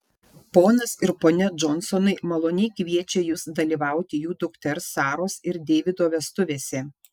ponas ir ponia džonsonai maloniai kviečia jus dalyvauti jų dukters saros ir deivido vestuvėse